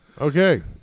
Okay